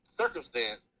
circumstance